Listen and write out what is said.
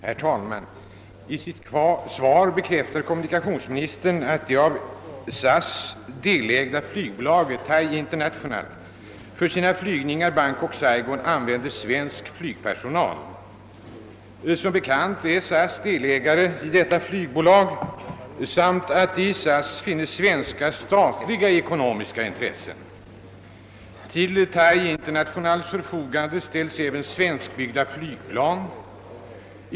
Herr talman! I sitt svar bekräftar kommunikationsministern att det av SAS delägda flygbolaget Thai International för sina flygningar Bangkok— Saigon använder svensk flygpersonal. Som bekant är SAS delägare i detta flygbolag och det är också känt att det i SAS finns svenska statliga ekonomiska intressen. Till Thai Internationals förfogande ställs även svenskbyggda flygplan.